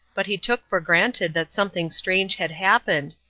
but he took for granted that something strange had happened,